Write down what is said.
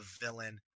villain